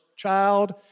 child